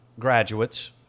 graduates